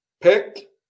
pick